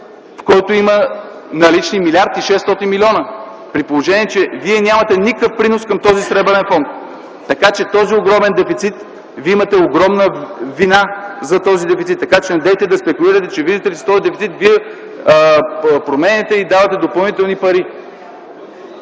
в който има налични милиард и 600 млн., при положение че нямате никакъв принос към този Сребърен фонд! Така че вие имате огромна вина за този дефицит и недейте да спекулирате, че, видите ли, с този дефицит променяте и давате допълнителни пари!